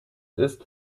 ist